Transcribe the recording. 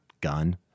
gun